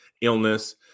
illness